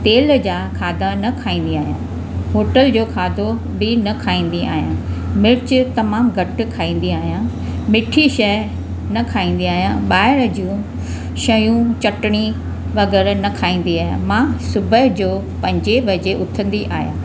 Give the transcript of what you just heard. तेल जा खाधा न खाईंदी आहियां होटल जो खाधो बि न खाईंदी आहियां मिर्च तमामु घटि खाईंदी आहियां मिठी शइ न खाईंदी आहियां ॿाहिरि जी शयूं चटिणी वग़ैरह न खाईंदी आहियां मां सुबुह जो पंजे बजे उथंदी आहियां